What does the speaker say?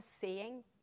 seeing